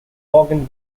vaughan